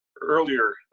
earlier